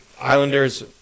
Islanders